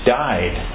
died